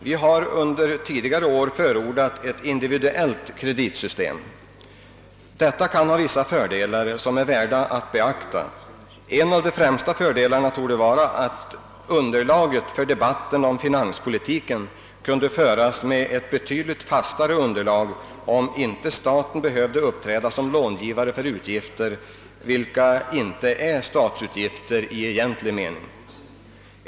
Vi har under tidigare år förordat ett individuellt kreditgarantisystem. Detta kan ha vissa fördelar som är värda att beakta. En av de främsta fördelarna torde vara att debatten om finanspolitiken kunde föras med ett betydligt fastare underlag om staten inte behövde uppträda som långivare för utgifter, vilka inte är statsutgifter i egentlig mening.